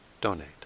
donate